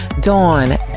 Dawn